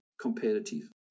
competitive